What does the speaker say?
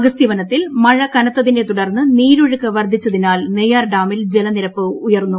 അഗസ്ത്യ വനത്തിൽ മഴ കനത്തിനെ തുടർന്ന് നീരൊഴുക്ക് വർധിച്ചതിനാൽ നെയ്യാർ ഡാമിൽ ജലനിരപ്പ് ഉയർന്നു